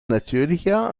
natürlicher